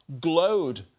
glowed